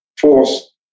force